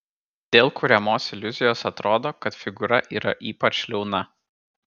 dėl kuriamos iliuzijos atrodo kad figūra yra ypač liauna